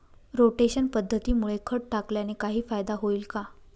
Rotation पद्धतीमुळे खत टाकल्याने काही फायदा होईल का?